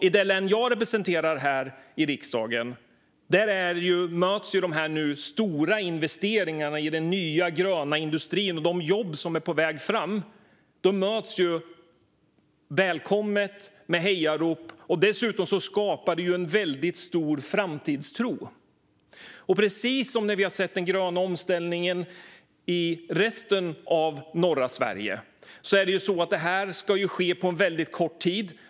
I det län som jag representerar här i riksdagen möts de stora investeringarna i den nya gröna industrin och de jobb som är på väg fram med hejarop. Dessutom skapar detta en väldigt stor framtidstro. Precis som med den gröna omställningen i resten av norra Sverige ska detta ske på väldigt kort tid.